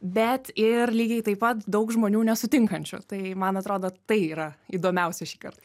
bet ir lygiai taip pat daug žmonių nesutinkančių tai man atrodo tai yra įdomiausia šįkart